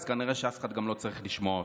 אז כנראה שאף אחד גם לא צריך לשמוע אותך.